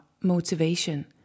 motivation